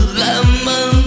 lemon